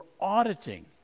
auditing